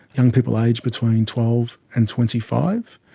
young people aged between twelve and twenty five.